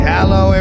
Hello